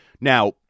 Now